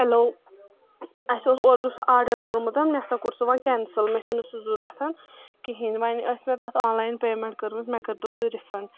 hello اسہِ اوس اوترٕ سُہ آڈر کورمُت مےٚ ہسا کوٚر سُہ وۄنۍ کینٛسٕل مےٚ چھُنہٕ سُہ ضرورت کہینۍ وۄنۍ ٲس مےٚ تتھ آن لاین پے مینٛٹ کٔرمٕژ مےٚ کٔرۍتو سُہ رِفنٛڈ